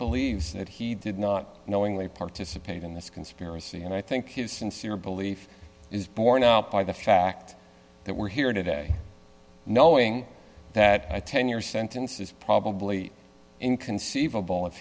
believes that he did not knowingly participate in this conspiracy and i think his sincere belief is borne out by the fact that we're here today knowing that a ten year sentence is probably inconceivable if